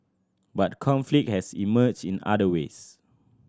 but conflict has emerged in other ways